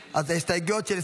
להסתייגויות.